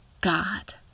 God